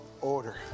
order